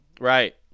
Right